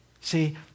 See